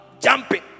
Jumping